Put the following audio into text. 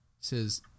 says